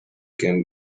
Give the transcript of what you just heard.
can